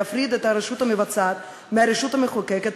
להפרדת הרשות המבצעת מהרשות המחוקקת,